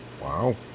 Wow